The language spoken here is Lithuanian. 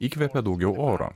įkvepia daugiau oro